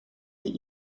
die